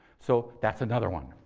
so that's another one.